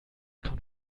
kommt